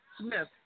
Smith